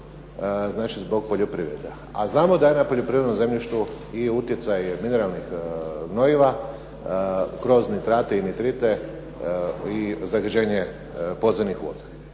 znači zbog poljoprivrede, a znamo da je na poljoprivrednom zemljištu i utjecaj mineralnih gnojiva kroz nitrate i nitrite i zagađenje podzemnih voda.